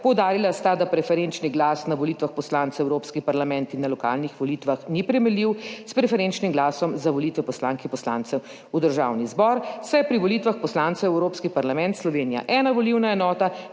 Poudarila sta, da preferenčni glas na volitvah poslancev v Evropski parlament in na lokalnih volitvah ni primerljiv s preferenčnim glasom za volitve poslank in poslancev v Državni zbor, saj je pri volitvah poslancev v Evropski parlament Slovenija ena volilna enota,